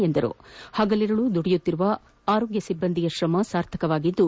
ಪಗಲಿರುಳು ದುಡಿಯುತ್ತಿರುವ ಆರೋಗ್ಯ ಸಿಬ್ಬಂದಿಯ ತ್ರಮ ಸಾರ್ಥಕವಾಗಿದ್ದು